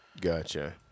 Gotcha